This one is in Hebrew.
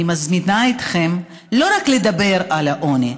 אני מזמינה אתכם לא רק לדבר על העוני,